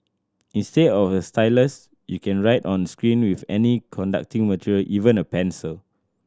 instead of a stylus you can write on screen with any conducting material even a pencil